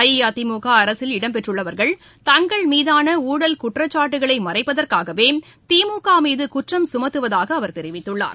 அஇஅதிமுக அரசில் இடம்பெற்றுள்ளவர்கள் தங்கள் மீதான ஊழல் குற்றச்சாட்டுகளை மறைப்பதற்காகவே திமுக மீது குற்றம் சுமத்துவதாக அவர் தெரிவித்துள்ளார்